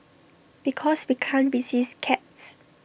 because we can't resist cats